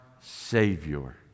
Savior